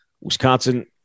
Wisconsin